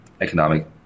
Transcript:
economic